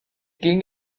ging